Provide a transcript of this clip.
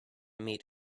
meat